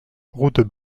route